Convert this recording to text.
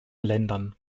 ländern